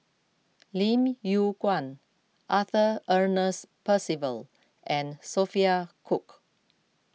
Lim Yew Kuan Arthur Ernest Percival and Sophia Cooke